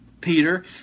Peter